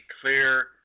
clear